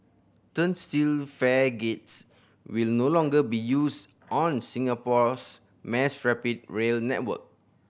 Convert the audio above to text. turnstile fare gates will no longer be used on Singapore's mass rapid rail network